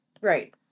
Right